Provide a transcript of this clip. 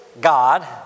God